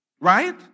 Right